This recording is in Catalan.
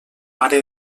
mare